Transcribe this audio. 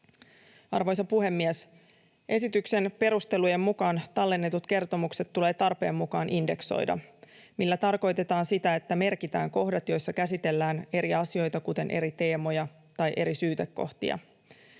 Arvoisa puhemies! Esityksen perustelujen mukaan tallennetut kertomukset tulee tarpeen mukaan indeksoida, millä tarkoitetaan sitä, että merkitään kohdat, joissa käsitellään eri asioita, kuten eri teemoja tai eri syytekohtia.